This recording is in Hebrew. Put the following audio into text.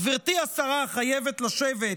גברתי השרה חייבת לשבת